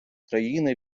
країни